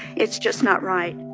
it's just not right